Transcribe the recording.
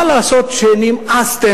מה לעשות שנמאסתם,